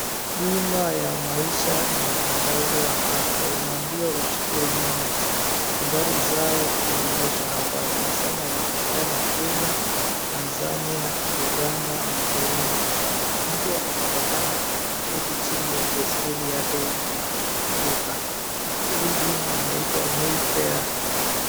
Bima ya maisha inatangazwa hapa. Unaambiwa uchukue bima hii. Nambari zao inaonyeshwa hapa. Wanasema inapatikana Kenya, Tanzania, Uganda na Burudi. Mtu anaonekana ameketi chini baiskeli yake imeanguka. Hii bima inaitwa MAYFAIR.